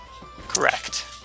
Correct